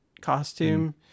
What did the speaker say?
costume